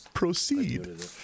Proceed